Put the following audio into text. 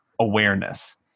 awareness